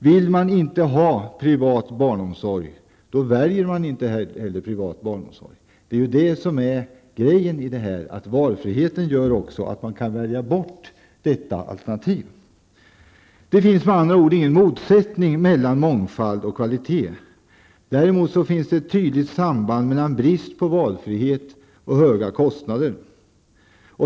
Vill man inte ha privat barnomsorg, väljer man inte heller privat barnomsorg. Det är ju det som är grejen i det hela -- valfriheten gör ju också att man kan välja bort detta alternativ. Det finns med andra ord ingen motsättning mellan mångfald och kvalitet. Däremot finns ett tydligt samband mellan brist på valfrihet och höga kostnader.